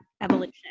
evolution